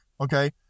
Okay